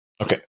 Okay